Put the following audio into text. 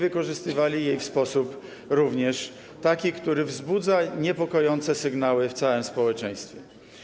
nie wykorzystywali jej w taki sposób również, który wzbudza niepokojące sygnały w całym społeczeństwie.